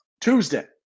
Tuesday